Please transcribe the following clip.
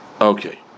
Okay